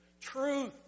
truth